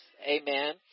Amen